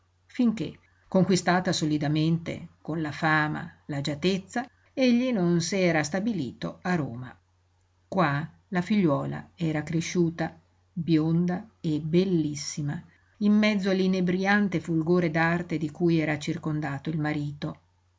finché conquistata solidamente con la fama l'agiatezza egli non s'era stabilito a roma qua la figliuola era cresciuta bionda e bellissima in mezzo all'inebriante fulgore d'arte di cui era circondato il marito